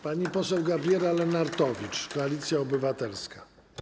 Pani poseł Gabriela Lenartowicz, Koalicja Obywatelska.